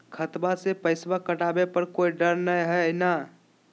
खतबा से पैसबा कटाबे पर कोइ डर नय हय ना?